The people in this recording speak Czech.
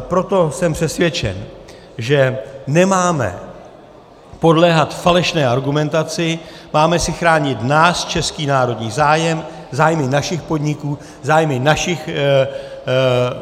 Proto jsem přesvědčen, že nemáme podléhat falešné argumentaci, máme si chránit náš český národní zájem, zájmy našich podniků, zájmy našich